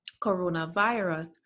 coronavirus